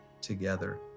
together